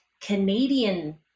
Canadian